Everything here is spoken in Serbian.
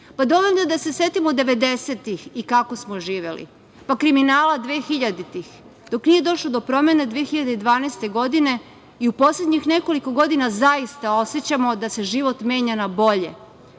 Dovoljno je da se setimo 90-ih i kako smo živeli, pa kriminala 2000-ih, dok nije došlo do promene 2012. godine. U poslednjih nekoliko godina zaista osećamo da se život menja na bolje.